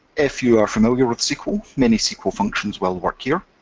if you are familiar with sql, many sql functions will work here.